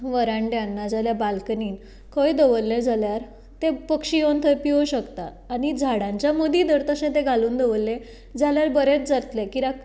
वरान्दांत ना जाल्यार बालकनींत खंय दवरलें जाल्यार ते पक्षी येवन थंय पिवूंक शकता आनी झाडांच्या मदीं धर तशें तें घालून दवरलें जाल्यार बरेंच जातलें कित्याक